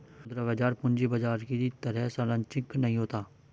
मुद्रा बाजार पूंजी बाजार की तरह सरंचिक नहीं होता